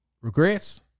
Regrets